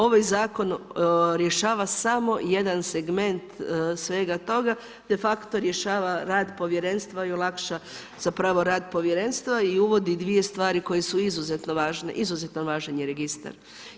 Ovaj zakon rješava samo jedan segment svega toga, de facto rješava rad povjerenstva i olakša zapravo rad povjerenstva i uvodi dvije stvari koje su izuzetno važne, izuzetno važan je registar.